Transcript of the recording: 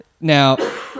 now